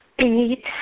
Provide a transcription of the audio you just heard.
Eight